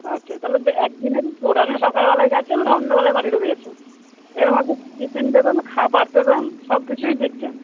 আচ্ছা তাহলে একদিনেরই ট্যুর সকালবেলা যাচ্ছেন সন্ধ্যেবেলাই বাড়ি ঢুকে যাচ্ছেন এর মধ্যে টিফিন দেবেন খাবার দেবেন সব কিছুই দিচ্ছেন